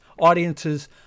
audiences